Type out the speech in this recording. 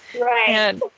Right